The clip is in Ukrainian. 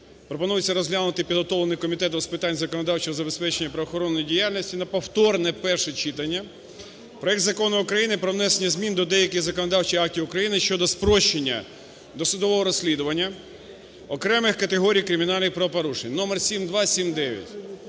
пропонується розглянути підготовлений Комітетом з питань законодавчого забезпечення правоохоронної діяльності на повторне перше читання проект Закону про внесення змін до деяких законодавчих актів України щодо спрощення досудового розслідування окремих категорій кримінальних правопорушень (№ 7279).